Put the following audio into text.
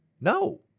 no